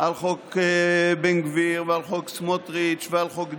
על חוק בן גביר ועל חוק סמוטריץ' ועל חוק דרעי?